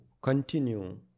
continue